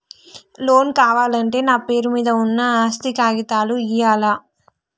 Loan కావాలంటే నా పేరు మీద ఉన్న ఆస్తి కాగితాలు ఇయ్యాలా?